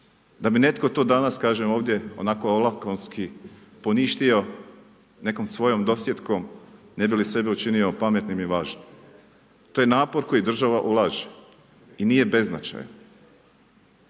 da bi netko to danas, kažem ovdje onako olakonski, poništio nekom svojom dosjetkom ne bi li sebe učinio pametnim i važnim. To je napor koji država ulaže i nije beznačajan.